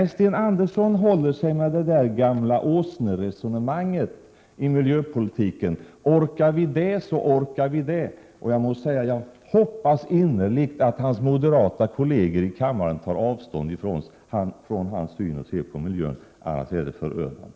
Nej, Sten Andersson håller sig med det gamla åsneresonemanget i miljöpolitiken: Orkar vi det, så orkar vi det. Jag må säga att jag hoppas innerligt att hans moderata kolleger i kammaren tar avstånd från hans syn på miljön. Annars är det förödande.